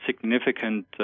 significant